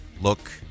look